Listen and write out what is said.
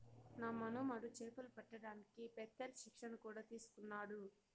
నా మనుమడు చేపలు పట్టడానికి పెత్తేల్ శిక్షణ కూడా తీసుకున్నాడు